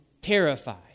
terrified